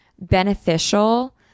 beneficial